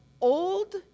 old